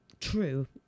true